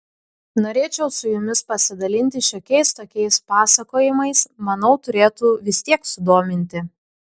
norėčiau su jumis pasidalinti šiokiais tokiais pasakojimais manau turėtų vis tiek sudominti